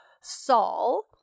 Saul